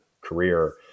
career